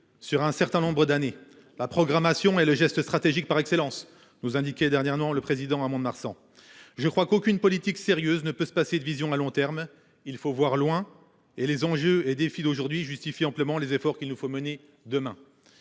sur un certain nombre d'années la programmation et le geste stratégique par excellence, nous indiquait dernièrement le président à Mont-de-Marsan. Je crois qu'aucune politique sérieuse ne peut se passer de vision à long terme, il faut voir loin et les enjeux et défis d'aujourd'hui justifie amplement les efforts qu'il nous faut mener demain.